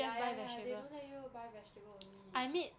ya ya ya they don't let you buy vegetables only